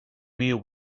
meal